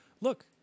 look